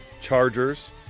Chargers